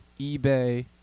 eBay